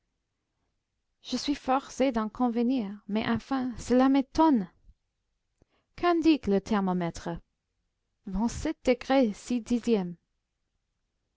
je suis forcé d'en convenir mais enfin cela m'étonne qu'indique le thermomètre vingt-sept degrés six dixièmes